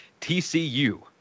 TCU